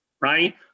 right